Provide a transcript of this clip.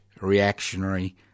reactionary